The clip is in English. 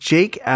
Jake